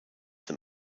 them